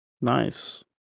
Nice